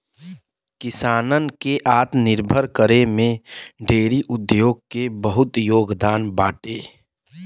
किसानन के आत्मनिर्भर करे में डेयरी उद्योग के बहुते योगदान बाटे